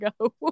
go